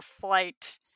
flight